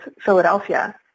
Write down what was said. Philadelphia